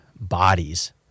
bodies